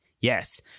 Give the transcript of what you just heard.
Yes